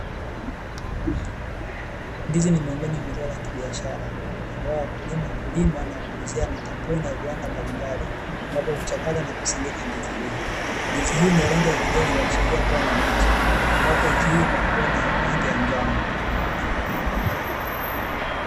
Ndizi ni miongoni mwa zao la kibiashara ambao wakulima hulima na kuuzia makampuni na viwanda mbalimbali ambazo huchakata nakusindika ndizi hizo. Ndizi hii ya rangi ya kijani huashiria kuwa ni mbichi ambapo ikiiva huwa na rangi ya njano.